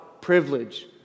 privilege